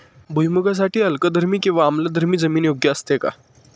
भुईमूगासाठी अल्कधर्मी किंवा आम्लधर्मी जमीन योग्य असते का?